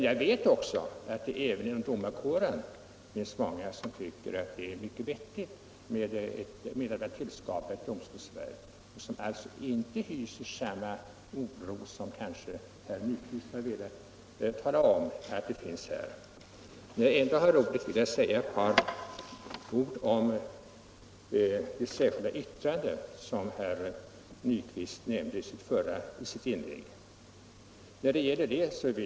Jag vet att det också inom domarkåren finns många som tycker att det är vettigt att tillskapa ett domstolsverk och som alltså inte hyser samma oro som herr Nyquist har talat om här. När jag ändå har ordet vill jag något kommentera det särskilda yttrande som herr Nyquist nämnde i sitt inlägg.